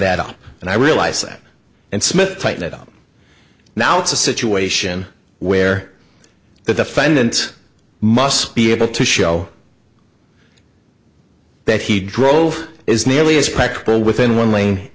up and i realize that and smith tighten it up now it's a situation where the defendant must be able to show that he drove is nearly as practical within one